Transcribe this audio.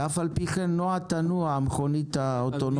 אף על פי כן נוע תנועה המכונית האוטונומית,